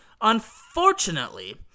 Unfortunately